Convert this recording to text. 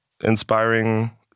inspiring